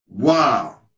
Wow